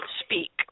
speak